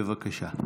בבקשה.